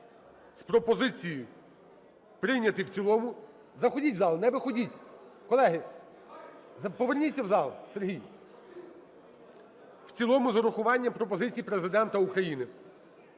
з пропозицією прийняти в цілому. Заходіть в зал, не виходіть! Колеги, поверніться в зал, Сергій! В цілому з урахуванням пропозицій Президента України.